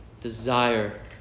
desire